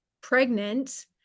pregnant